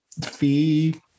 fee